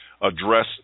address